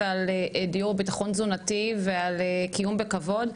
הסללה, על דיור ובטחון תזונתי, על קיום בכבוד.